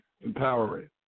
Empowering